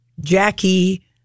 Jackie